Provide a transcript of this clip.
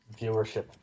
viewership